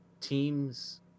teams